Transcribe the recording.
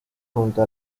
junto